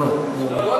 לא, הוא רוצה